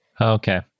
Okay